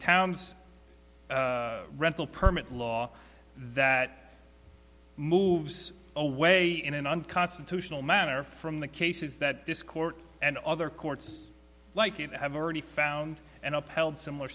town's rental permit law that moves away in an unconstitutional manner from the cases that this court and other courts like it that have already found and upheld similar